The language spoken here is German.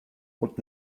und